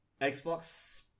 Xbox